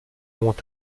monts